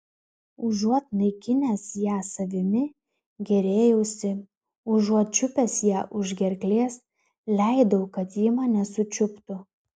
užuot naikinęs ją savimi gėrėjausi užuot čiupęs ją už gerklės leidau kad ji mane sučiuptų